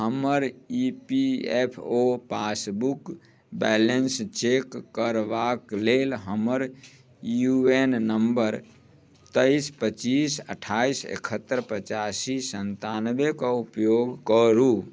हमर E P F O passbook balance check करबाके लेल हमर यू ए एन नम्बर तेइस पचीस अठाइस एकहत्तरि पचासी सनतानवेके उपयोग करू